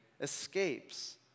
escapes